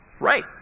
right